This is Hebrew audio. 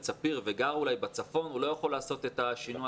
ספיר וגר בצפון הוא לא יכול לעשות את השינוע,